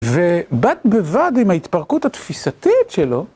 ובד בבד עם ההתפרקות התפיסתית שלו.